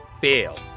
fail